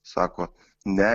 sako ne